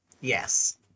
Yes